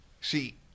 See